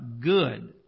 good